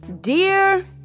Dear